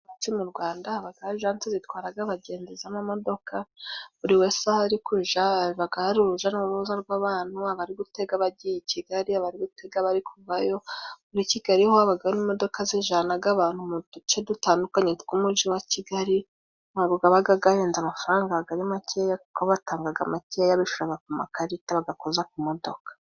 Iwacu mu Rwanda habagaho ajanse zitwaraga abagenzi z'amamodoka, buri wese aho ari kuja hari uruja n'uruza rw'abantu abari gutega bagiye i Kigali , abari gutega bari kuvayo , muri kigali habagamo imodoka zijanaga abantu mu duce dutandukanye tw'umuji wa Kigali ntabwo gabaga gahenze amafaranga gabaga ari makeya kuko batangaga makeya bishuraga ku makarita ,bagakoza ku modoka.